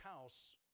house